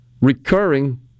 recurring